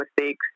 mistakes